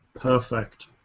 Perfect